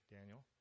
Daniel